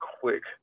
quick